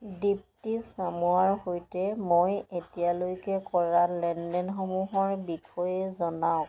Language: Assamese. দীপ্তি চামুৱাৰ সৈতে মই এতিয়ালৈকে কৰা লেনদেনসমূহৰ বিষয়ে জনাওক